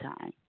time